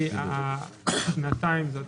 כדי לאפשר